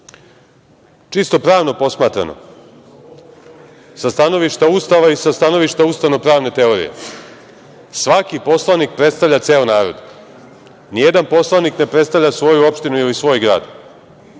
Čisto pravno posmatrano, sa stanovišta Ustava i sa stanovišta ustavno-pravne teorije, svaki poslanik predstavlja ceo narod. Nijedan poslanik ne predstavlja svoju opštinu ili svoj grad.